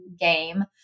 game